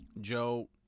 Joe